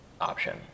option